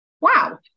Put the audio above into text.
wow